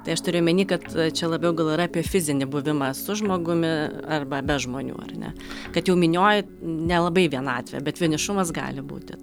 tai aš turiu omeny kad čia labiau gal yra apie fizinį buvimą su žmogumi arba be žmonių ar ne kad jau minioj nelabai vienatvė bet vienišumas gali būti